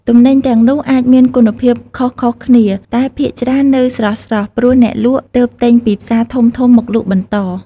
ទំនិញទាំងនោះអាចមានគុណភាពខុសៗគ្នា តែភាគច្រើននៅស្រស់ៗ ព្រោះអ្នកលក់ទើបទិញពីផ្សារធំៗមកលក់បន្ត។